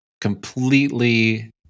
completely